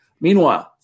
Meanwhile